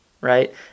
right